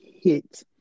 hit